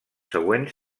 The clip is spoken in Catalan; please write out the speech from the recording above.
següents